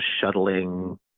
shuttling